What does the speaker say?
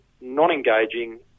non-engaging